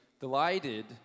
delighted